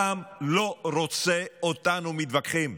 העם לא רוצה אותנו מתווכחים.